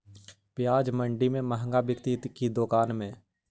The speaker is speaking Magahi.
प्याज मंडि में मँहगा बिकते कि दुकान में?